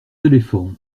éléphants